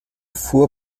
fuhr